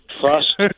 trust